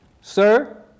sir